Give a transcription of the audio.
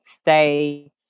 stay